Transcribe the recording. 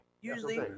Usually